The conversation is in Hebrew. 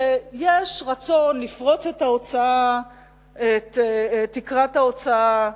שיש רצון לפרוץ את תקרת ההוצאה,